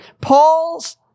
Paul's